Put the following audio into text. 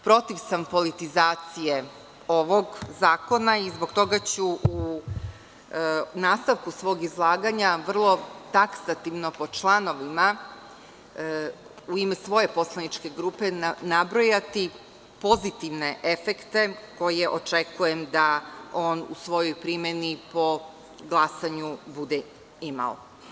Protiv sam politizacije ovog zakona i zbog toga ću u nastavku svog izlaganja vrlo taksativno po članovima u ime svoje poslaničke grupe nabrojati pozitivne efekte koje očekujem da on u svojoj primeni po glasanju bude imao.